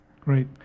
Great